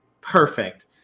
perfect